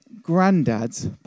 granddad's